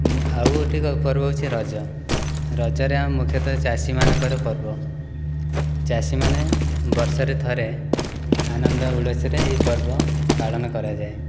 ମୁଁ ଆଉ ଗୋଟାକ ପର୍ବ ହେଉଛି ରଜ ରଜରେ ଆମେ ମୁଖ୍ୟତଃ ଚାଷୀମାନଙ୍କର ପର୍ବ ଚାଷୀମାନେ ବର୍ଷରେ ଥରେ ଆନନ୍ଦ ଉଲ୍ଲାସରେ ଏହି ପର୍ବ ପାଳନ କରାଯାଏ